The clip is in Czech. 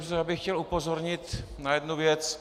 Já bych chtěl upozornit na jednu věc.